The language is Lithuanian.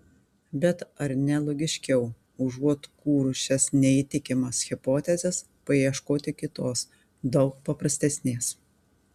bet ar ne logiškiau užuot kūrus šias neįtikimas hipotezes paieškoti kitos daug paprastesnės